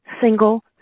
single